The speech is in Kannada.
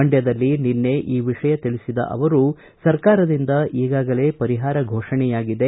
ಮಂಡ್ಯದಲ್ಲಿ ನಿನ್ನೆ ಈ ವಿಷಯ ತಿಳಿಸಿದ ಅವರು ಸರ್ಕಾರದಿಂದ ಈಗಾಗಲೇ ಪರಿಹಾರ ಫೋಪಣೆಯಾಗಿದೆ